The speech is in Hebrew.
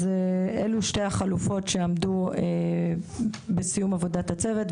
אלו שתי החלופות שעמדו בסיום עבודת הצוות,